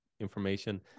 information